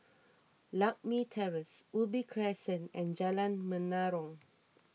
Lakme Terrace Ubi Crescent and Jalan Menarong